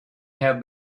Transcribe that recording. have